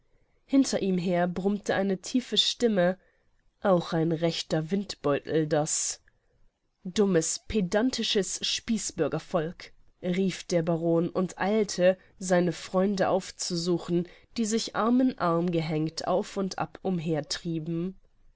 hinter ihm her brummte eine tiefe stimme auch ein rechter windbeutel das dummes pedantisches spießbürgervolk rief der baron und eilte seine freunde aufzusuchen die sich arm in arm gehängt auf und ab